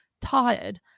tired